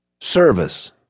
service